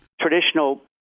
Traditional